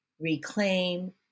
reclaim